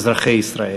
אזרחי ישראל.